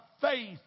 faith